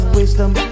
wisdom